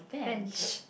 bench